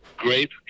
Grape